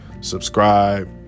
Subscribe